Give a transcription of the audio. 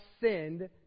sinned